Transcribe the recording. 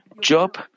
Job